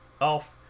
off